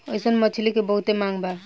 अइसन मछली के बहुते मांग बा